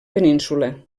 península